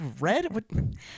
Red